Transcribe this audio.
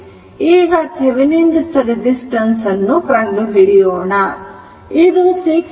ಈಗ Thevenin resistance ಅನ್ನು ಕಂಡುಹಿಡಿಯೋಣ